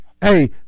Hey